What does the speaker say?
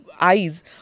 eyes